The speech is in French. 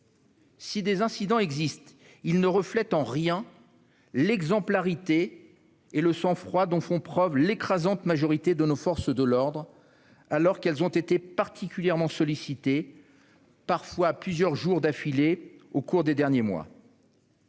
Si des incidents existent, ils ne reflètent en rien l'exemplarité et le sang-froid dont font preuve l'écrasante majorité de nos forces de l'ordre, alors qu'elles ont été particulièrement sollicitées, parfois plusieurs jours d'affilée, au cours des derniers mois.